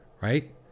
right